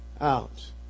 out